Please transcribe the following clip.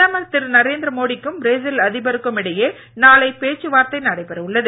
பிரதமர் திரு நரேந்திர மோடிக்கும் பிரேசில் அதிபருக்கும் இடையே நாளை பேச்சு வார்த்தை நடைபெற உள்ளது